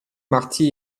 marty